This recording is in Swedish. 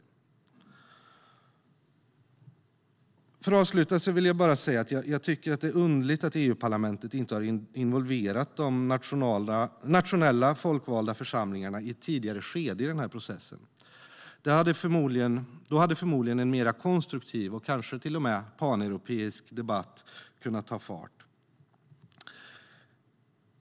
Subsidiaritetsprövning av EU-förslag För att avsluta vill jag bara säga att jag tycker att det är underligt att EUparlamentet inte har involverat de nationella folkvalda församlingarna i ett tidigare skede i den här processen. Då hade förmodligen en mer konstruktiv och kanske till och med paneuropeisk debatt kunnat ta fart.